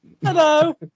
hello